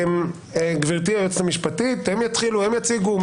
גברתי היועצת המשפטית, הם יתחילו, הם יציגו?